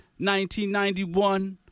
1991